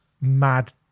mad